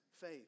faith